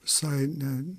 visai ne